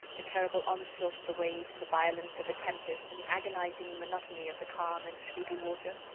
the terrible onslaught of the waves, the violence of the tempest and the agonizing monotony of the calm and sleepy water?